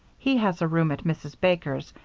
he has a room at mrs. baker's,